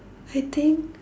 I think